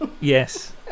Yes